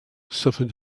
suffered